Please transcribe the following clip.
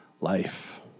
life